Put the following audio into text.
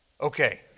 Okay